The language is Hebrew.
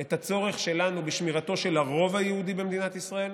את הצורך שלנו בשמירתו של הרוב היהודי במדינת ישראל,